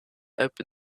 open